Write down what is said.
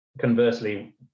conversely